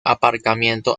aparcamiento